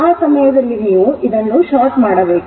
ಆ ಸಮಯದಲ್ಲಿ ನೀವು ಇದನ್ನು short ಮಾಡಬೇಕು